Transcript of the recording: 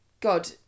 God